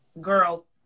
Girl